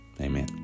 Amen